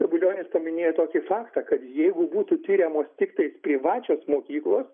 zabulionis paminėjo tokį faktą kad jeigu būtų tiriamos tiktai privačios mokyklos